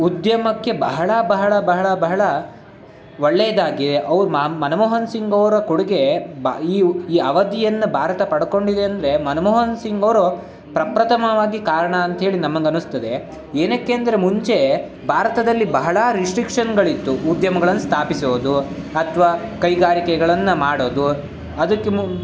ಉದ್ಯಮಕ್ಕೆ ಬಹಳ ಬಹಳ ಬಹಳ ಬಹಳ ಒಳ್ಳೆಯದಾಗಿಯೇ ಅವ್ರು ಮಾ ಮನಮೋಹನ್ ಸಿಂಗ್ ಅವರ ಕೊಡುಗೆ ಈ ಅವಧಿಯನ್ನು ಭಾರತ ಪಡ್ಕೊಂಡಿದೆ ಅಂದರೆ ಮನಮೋಹನ್ ಸಿಂಗ್ ಅವರು ಪ್ರಪ್ರಥಮವಾಗಿ ಕಾರಣ ಅಂತೇಳಿ ನಮಗೆ ಅನ್ನಿಸ್ತದೆ ಏನಕ್ಕೆ ಅಂದರೆ ಮುಂಚೆ ಭಾರತದಲ್ಲಿ ಬಹಳ ರಿಸ್ಟ್ರಿಕ್ಷನ್ಗಳಿತ್ತು ಉದ್ಯಮಗಳನ್ನು ಸ್ಥಾಪಿಸೋದು ಅಥ್ವಾ ಕೈಗಾರಿಕೆಗಳನ್ನು ಮಾಡೋದು ಅದಕ್ಕೆ ಮುಂ